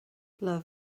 love